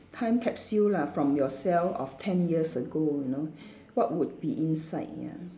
time capsule lah from yourself of ten years ago you know what would be inside ya